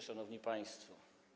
Szanowni Państwo!